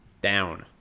Down